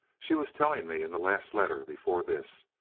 she was telling me in the last letter before this.